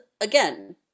again